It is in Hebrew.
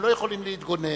הם לא יכולים להתגונן.